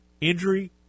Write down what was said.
injury